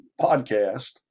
podcast